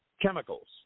chemicals